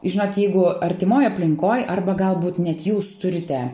žinot jeigu artimoj aplinkoj arba galbūt net jūs turite